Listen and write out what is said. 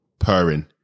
purring